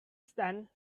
stand